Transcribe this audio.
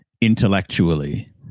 intellectually